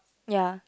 ya